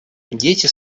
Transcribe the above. дети